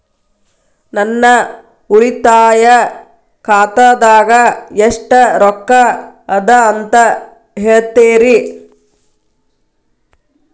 ನನ್ನ ಉಳಿತಾಯ ಖಾತಾದಾಗ ಎಷ್ಟ ರೊಕ್ಕ ಅದ ಅಂತ ಹೇಳ್ತೇರಿ?